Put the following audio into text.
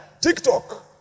TikTok